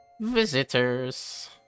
Visitors